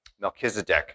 Melchizedek